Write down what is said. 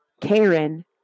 Karen